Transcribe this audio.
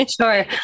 Sure